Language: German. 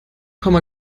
komma